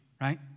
right